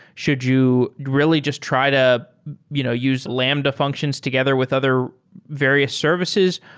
should you really just try to you know use lambda functions together with other various services?